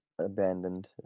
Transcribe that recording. abandoned